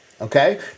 okay